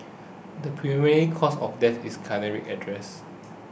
the preliminary cause of death is cardiac arrest